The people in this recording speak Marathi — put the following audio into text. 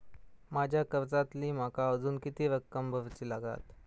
माझ्या कर्जातली माका अजून किती रक्कम भरुची लागात?